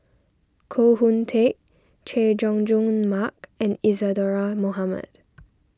Koh Hoon Teck Chay Jung Jun Mark and Isadhora Mohamed